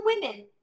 women